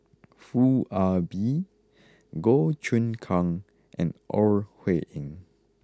Foo Ah Bee Goh Choon Kang and Ore Huiying